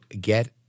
get